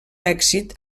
èxit